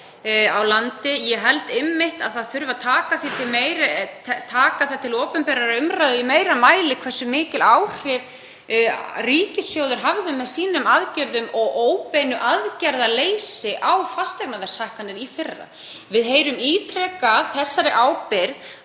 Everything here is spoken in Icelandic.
á landi. Ég held einmitt að það þurfi að taka það til opinberrar umræðu í meira mæli hversu mikil áhrif ríkissjóður hafði með aðgerðum sínum og óbeinu aðgerðaleysi á fasteignaverðshækkanir í fyrra. Við heyrum ítrekað að þessari ábyrgð